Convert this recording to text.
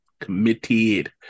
Committed